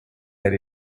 that